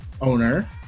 owner